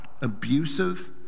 abusive